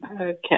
Okay